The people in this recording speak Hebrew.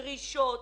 דרישות,